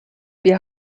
wir